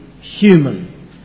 human